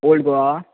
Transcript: old Goa